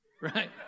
right